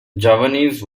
javanese